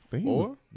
Four